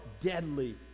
deadly